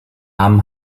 haben